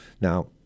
Now